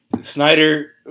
Snyder